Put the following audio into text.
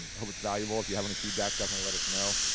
and hope it's valuable. if you have any feedback, definitely let us know.